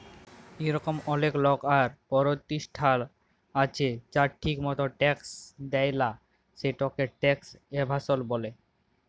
ইরকম অলেক লক আর পরতিষ্ঠাল আছে যারা ঠিক মতল ট্যাক্স দেয় লা, সেটকে ট্যাক্স এভাসল ব্যলে